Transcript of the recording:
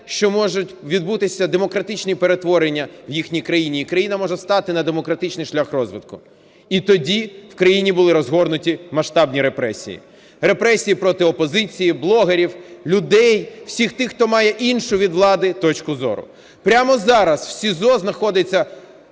що можуть відбутися демократичні перетворення в їхній країні, і країна може стати на демократичний шлях розвитку. І тоді в країні були розгорнуті масштабні репресії: репресії проти опозиції, блогерів, людей, всіх тих, хто має іншу від влади точку зору. Прямо зараз в СІЗО знаходиться